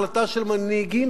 החלטה של מנהיגים,